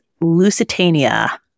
Lusitania